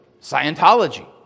Scientology